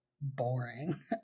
Boring